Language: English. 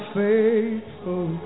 faithful